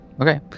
Okay